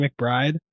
McBride